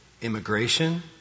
immigration